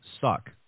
suck